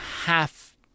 half